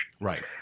Right